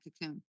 cocoon